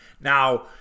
Now